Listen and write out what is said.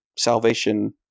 salvation